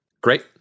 Great